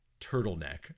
turtleneck